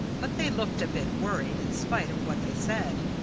but they looked a bit worried, in spite of what they said.